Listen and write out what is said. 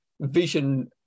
vision